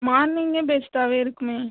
மார்னிங்கே பெஸ்ட்டாகவே இருக்குமே